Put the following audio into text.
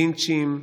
לינצ'ים,